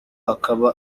akaba